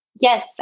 Yes